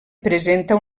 presenta